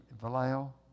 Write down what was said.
Vallejo